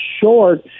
short